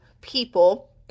people